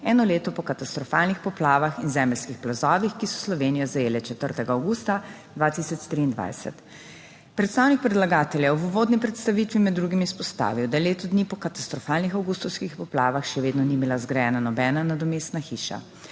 eno leto po katastrofalnih poplavah in zemeljskih plazovih, ki so Slovenijo zajele 4. avgusta 2023. Predstavnik predlagatelja je v uvodni predstavitvi med drugim izpostavil, da leto dni po katastrofalnih avgustovskih poplavah, še vedno ni bila zgrajena nobena nadomestna hiša.